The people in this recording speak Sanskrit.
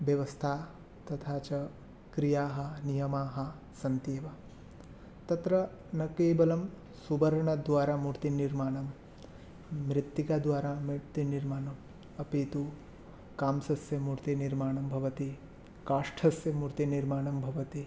व्यवस्था तथा च क्रियाः नियमाः सन्ति एव तत्र न केवलं सुवर्णद्वारा मूर्तिनिर्माणं मृत्तिकाद्वारा मूर्तिनिर्माणम् अपि तु काम्सस्य मूर्तिनिर्माणं भवति काष्ठस्य मूर्तिनिर्माणं भवति